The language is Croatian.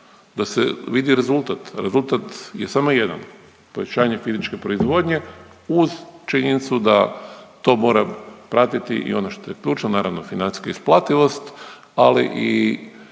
da se vidi rezultat. Rezultat je samo jedan povećanje fizičke proizvodnje uz činjenicu da to mora pratiti i ono što je ključno naravno financijska isplativost, ali i